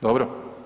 Dobro?